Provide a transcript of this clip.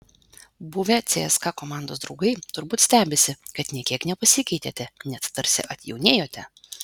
buvę cska komandos draugai turbūt stebisi kad nė kiek nepasikeitėte net tarsi atjaunėjote